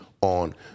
on